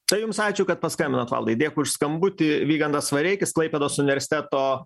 tai jums ačiū kad paskambinot valdai dėkui už skambutį vygantas vareikis klaipėdos universiteto